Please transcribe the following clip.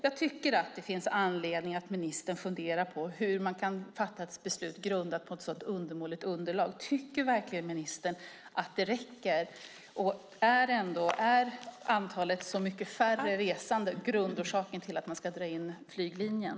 Jag tycker att det finns anledning för ministern att fundera på hur man kan fatta ett beslut grundat på ett så undermåligt underlag. Tycker verkligen ministern att det räcker, och är färre resande grundorsaken till att man ska dra in flyglinjen?